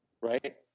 right